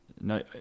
no